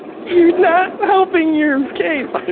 you're not helping your case.